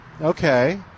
Okay